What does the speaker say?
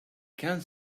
can